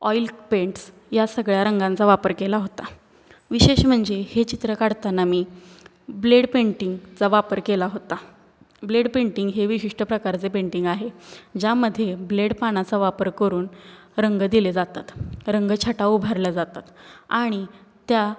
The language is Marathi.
ऑईल पेंट्स या सगळ्या रंगांचा वापर केला होता विशेष म्हणजे हे चित्र काढताना मी ब्लेड पेंटिंगचा वापर केला होता ब्लेड पेंटिंग हे विशिष्ट प्रकारचे पेंटिंग आहे ज्यामध्ये ब्लेड पानाचा वापर करून रंग दिले जातात रंगछटा उभारल्या जातात आणि त्या